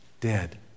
dead